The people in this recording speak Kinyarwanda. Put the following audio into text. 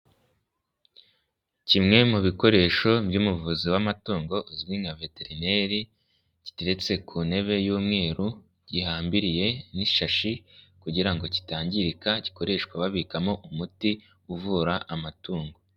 Kimwe mu bikoresho by'umuvuzi w'amatungo uzwi nka veterineri, giteretse ku ntebe y'umweru, gihambiriye n'ishashi kugira ngo kitangirika gikoreshwa babikamo umuti uvura amatungo.